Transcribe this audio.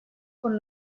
con